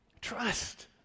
Trust